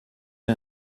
you